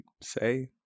say